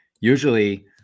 usually